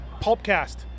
Pulpcast